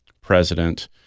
president